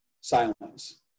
silence